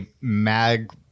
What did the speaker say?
mag